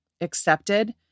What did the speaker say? accepted